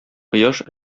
кояш